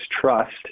Trust